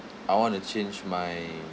I want to change my